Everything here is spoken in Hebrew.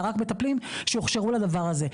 אלא רק מטפלים שהוכשרו לדבר הזה.